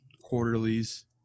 quarterlies